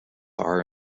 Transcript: are